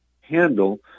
handle